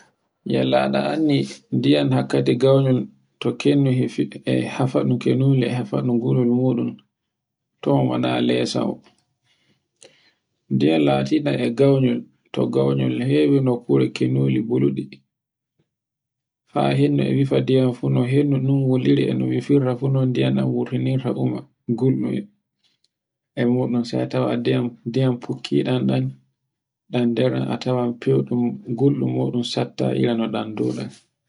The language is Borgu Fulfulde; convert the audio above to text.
yalla ɗa anndi ndiyamhakkandi gaynol to kendu e hafaɗum, kenule e hafa ɗum gurol muɗum tow wona lesawo. Ndiyam latiɗan e gaynol, to gaynol hewi nukkure kennuri buluɗi. Haa hendu e yifa diyam fu ne hendu ndu wiliri e ndu yifirta fu non ndiyam ɗam wurtuninta uma gulɗum e muɗum sai tawa e ndiyam fukkiɗam ɗan, ɗan nder a tawa fewɗum gulɗum muɗum satta ira no ɗan dow ɗan.